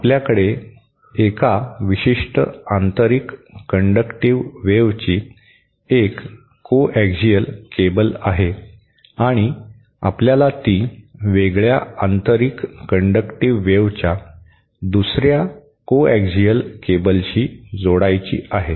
आपल्याकडे एका विशिष्ट आंतरिक कंडक्टिव्ह वेव्हची एक को ऍक्सियल केबल आहे आणि आपल्याला ती वेगळ्या आंतरिक कंडक्टिव्ह वेव्हच्या दुसर्या को ऍक्सियल केबलशी जोडायची आहे